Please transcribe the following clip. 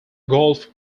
golf